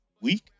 week